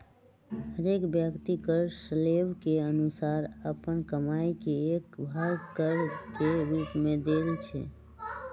हरेक व्यक्ति कर स्लैब के अनुसारे अप्पन कमाइ के एक भाग कर के रूप में देँइ छै